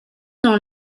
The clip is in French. dans